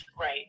Right